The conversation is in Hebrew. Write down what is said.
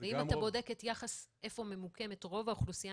ואם אתה בודק איפה ממוקמות רוב האוכלוסייה,